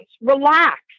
Relax